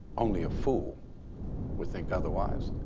only a fool would think otherwise.